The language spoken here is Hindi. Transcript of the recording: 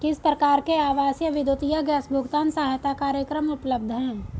किस प्रकार के आवासीय विद्युत या गैस भुगतान सहायता कार्यक्रम उपलब्ध हैं?